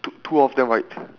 two two of them right